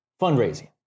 fundraising